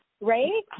right